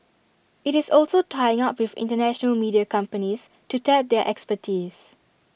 IT is also tying up with International media companies to tap their expertise